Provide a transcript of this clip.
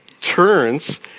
turns